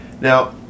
Now